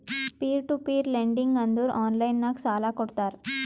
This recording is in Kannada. ಪೀರ್ ಟು ಪೀರ್ ಲೆಂಡಿಂಗ್ ಅಂದುರ್ ಆನ್ಲೈನ್ ನಾಗ್ ಸಾಲಾ ಕೊಡ್ತಾರ